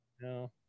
No